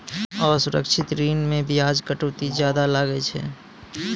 असुरक्षित ऋण मे बियाज कटौती जादा लागै छै